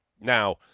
Now